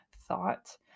thought